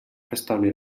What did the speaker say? restablir